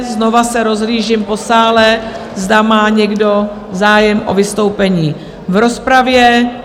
Znova se rozhlížím po sále, zda má někdo zájem o vystoupení v rozpravě.